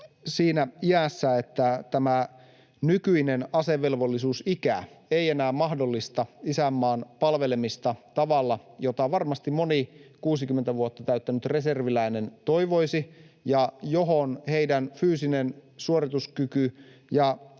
siinä iässä, että tämä nykyinen asevelvolli-suusikä ei enää mahdollista isänmaan palvelemista tavalla, jota varmasti moni 60 vuotta täyttänyt reserviläinen toivoisi ja johon heidän fyysinen suorituskykynsä